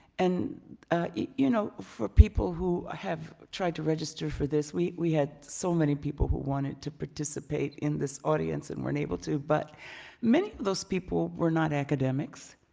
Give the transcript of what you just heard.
and you know for people who have tried to register for this, we we had so many people who wanted to participate in this audience and weren't able to, but many of those people were not academics.